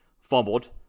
fumbled